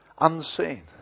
unseen